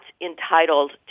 entitled